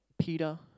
Peter